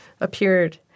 appeared